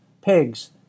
pigs